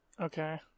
Okay